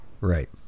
Right